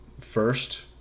first